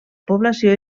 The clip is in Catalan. població